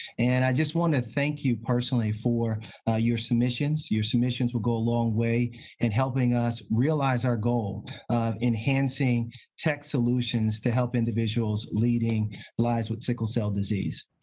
and i just want to thank you personally for your submissions, your submissions will go a long way and helping us realize our goals of enhancing tech solutions to help individuals leading lives with sickle cell disease.